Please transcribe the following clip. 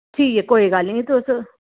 ठीक ऐ कोई गल्ल निं तुस